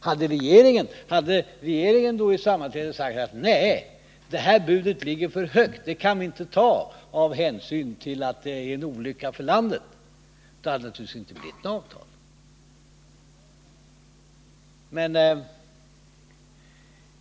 Om regeringen vid sammanträde uttalat att det här budet var för högt, att man inte kunde acceptera det av hänsyn till att det vore en olycka för landet, då hade det naturligtvis inte slutits något avtal.